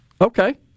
Okay